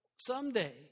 someday